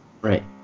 right